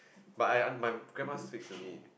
but I I my grandma speaks to me in